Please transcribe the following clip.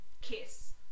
Kiss